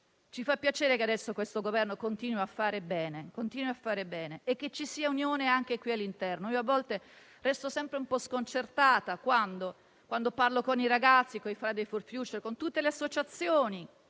Ci fa piacere che adesso questo Governo continui a fare bene e che ci sia unione anche qui all'interno. A volte resto un po' sconcertata, quando parlo con i ragazzi di Fridays for Future, con tutte le associazioni,